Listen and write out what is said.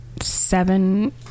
seven